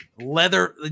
Leather